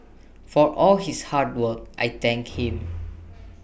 for all his hard work I thank him